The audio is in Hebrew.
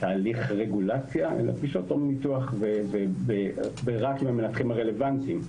תהליך רגולציה אלא פגישות טרום ניתוח ורק עם המנתחים הרלוונטיים.